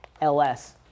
ls